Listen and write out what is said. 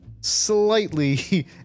slightly